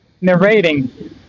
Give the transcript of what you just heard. narrating